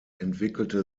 entwickelte